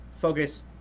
Focus